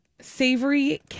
Savory